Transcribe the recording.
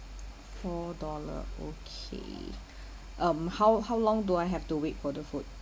four dollar okay um how how long do I have to wait for the food